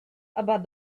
about